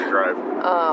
Drive